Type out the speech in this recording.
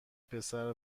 پسر